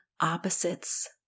opposites